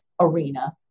arena